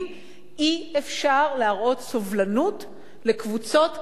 אי-אפשר להראות סובלנות לקבוצות קטנות,